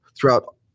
throughout